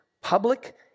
public